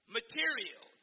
material